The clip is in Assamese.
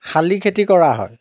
শালি খেতি কৰা হয়